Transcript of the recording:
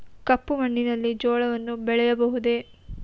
ಕಪ್ಪು ಮಣ್ಣಿನಲ್ಲಿ ಜೋಳವನ್ನು ಬೆಳೆಯಬಹುದೇ?